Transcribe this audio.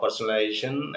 personalization